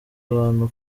abantu